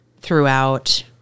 throughout